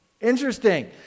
Interesting